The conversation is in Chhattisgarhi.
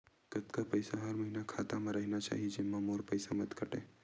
कतका पईसा हर महीना खाता मा रहिना चाही जेमा मोर पईसा मत काटे?